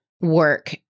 work